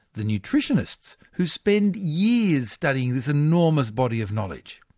the nutritionists, who spend years studying this enormous body of knowledge.